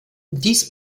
dies